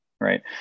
right